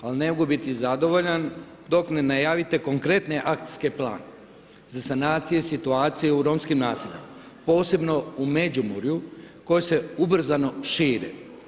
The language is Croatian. Ali ne mogu biti zadovoljan, dok ne najavite konkretni akcijski plan za sanaciju, situacije u romskim naseljima, posebno u Međimurju, koji se ubrzani šire.